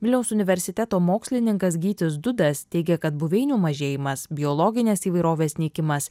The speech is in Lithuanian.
vilniaus universiteto mokslininkas gytis dudas teigia kad buveinių mažėjimas biologinės įvairovės nykimas